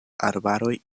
arbaroj